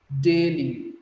daily